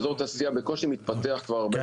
אזור התעשייה בקושי מתפתח כבר הרבה מאוד זמן.